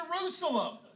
Jerusalem